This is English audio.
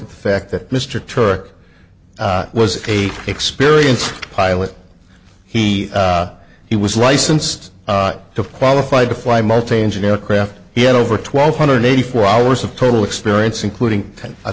at the fact that mr turk was a experienced pilot he he was licensed to qualified to fly multi engine aircraft he had over twelve hundred eighty four hours of total experience including a